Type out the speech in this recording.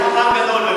אתה חכם גדול באמת.